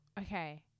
Okay